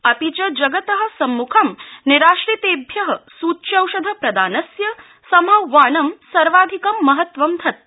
अपि च जगत सम्मुखं निराश्रितेभ्य सूच्यौषध प्रदानस्य समाहवानं सर्वाधिकं महत्वं धते